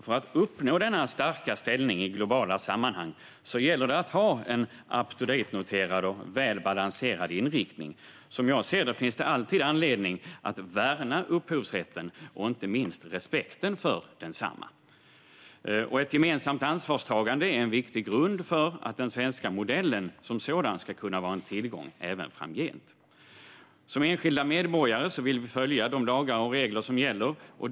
För att uppnå denna starka ställning i globala sammanhang gäller det att ha en up to date-noterad och väl balanserad inriktning. Som jag ser det finns alltid anledning att värna upphovsrätten och inte minst respekten för densamma. Ett gemensamt ansvarstagande är en viktig grund för att den svenska modellen som sådan ska kunna vara en tillgång även framgent. Som enskilda medborgare vill vi följa de lagar och regler som gäller.